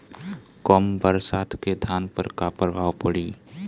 कम बरसात के धान पर का प्रभाव पड़ी?